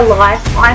life